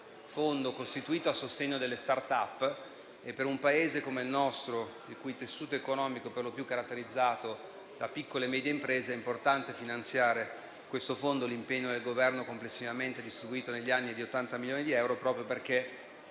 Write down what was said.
importante fondo costituito a sostegno delle *startup*. Per un Paese come il nostro, il cui tessuto economico è per lo più caratterizzato da piccole e medie imprese, è importante finanziare questo fondo. L'impegno del Governo, complessivamente distribuito negli anni, è di 80 milioni di euro, proprio perché